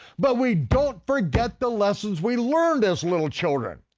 but we don't forget the lessons we learned as little children.